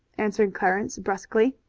answered clarence brusquely.